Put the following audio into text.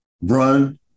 Run